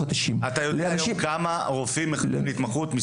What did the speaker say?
ה-90 האם אתה יודע כמה רופאים מחכים היום להתמחות?